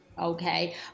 Okay